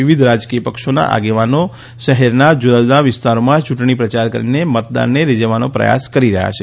વિવિધ રાજકીય પક્ષોના આગેવાનો શહેરના જુદા જુદા વિસ્તારોમાં ચૂંટણી પ્રચાર કરીને મતદારોને રિઝવવાનો પ્રયાસ કરી રહ્યા છે